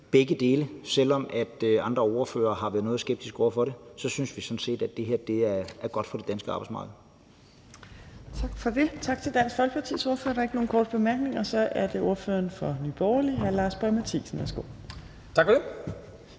begge dele. Selv om andre ordførere har været noget skeptiske over for det, synes vi sådan set, at det her er godt for det danske arbejdsmarked. Kl. 15:19 Tredje næstformand (Trine Torp): Tak for det. Tak til Dansk Folkepartis ordfører. Der er ikke nogen korte bemærkninger, og så er det ordføreren for Nye Borgerlige, hr. Lars Boje Mathiesen. Værsgo. Kl.